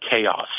chaos